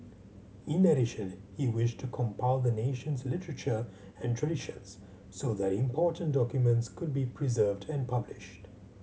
in addition he wished to compile the nation's literature and traditions so that important documents could be preserved and published